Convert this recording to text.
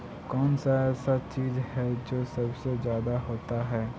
कौन सा ऐसा चीज है जो सबसे ज्यादा होता है?